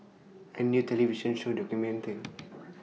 A New television Show documented